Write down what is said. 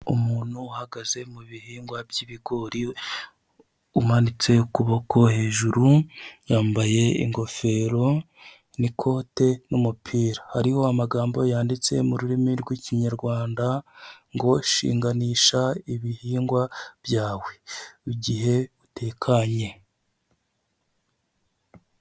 Umuntu uhagaze mu bihingwa by'ibigori umanitse ukuboko hejuru yambaye ingofero, nikote, numupira hariho amagambo yanditse mu rurimi rw'ikinyarwanda ngo shinganisha ibihingwa byawe igihe utekanye.